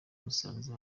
musanze